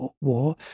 war